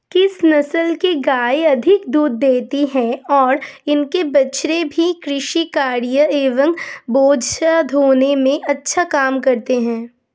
किस नस्ल की गायें अधिक दूध देती हैं और इनके बछड़े भी कृषि कार्यों एवं बोझा ढोने में अच्छा काम करते हैं?